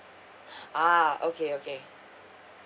ah okay okay